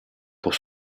pour